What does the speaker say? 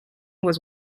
was